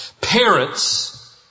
parents